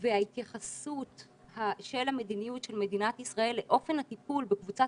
וההתייחסות והמדיניות של מדינת ישראל לאופן הטיפול בקבוצת